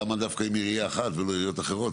למה דווקא עם עירייה אחת ולא עיריות אחרות?